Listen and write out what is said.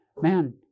man